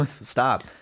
stop